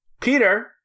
Peter